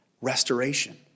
restoration